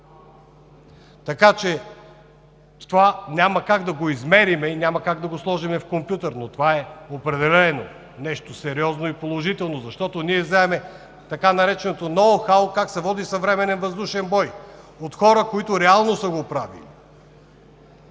време. Това няма как да измерим и да сложим в компютър, но определено е нещо сериозно и положително, защото знаем така нареченото ноу-хау – как се води съвременен въздушен бой от хора, които реално са го правили.